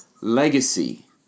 legacy